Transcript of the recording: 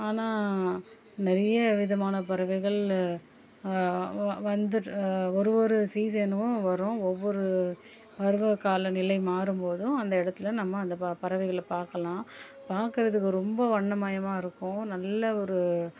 ஆனால் நிறைய விதமான பறவைகள் வ வந்துட்டு ஒரு ஒரு சீஸனும் வரும் ஒவ்வொரு பருவ காலநிலை மாறும் போதும் அந்த இடத்துல நம்ம அந்த ப பறவைளை பார்க்கலாம் பார்க்குறதுக்கு ரொம்ப வண்ணமயமாக இருக்கும் நல்ல ஒரு